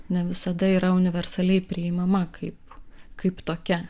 ne visada yra universaliai priimama kaip kaip tokia